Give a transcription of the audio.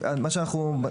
מה שאנחנו,